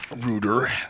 Ruder